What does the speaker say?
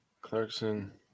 Clarkson